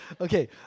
okay